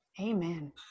Amen